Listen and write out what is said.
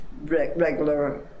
regular